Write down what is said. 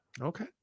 Okay